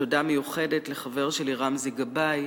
תודה מיוחדת לחבר שלי, רמזי גבאי,